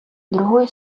другої